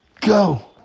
go